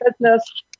business